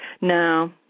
No